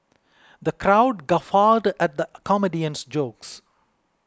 the crowd guffawed at comedian's jokes